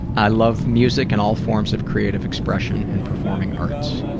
i love music and all forms of creative expression and performing arts.